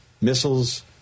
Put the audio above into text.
missiles